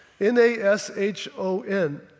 N-A-S-H-O-N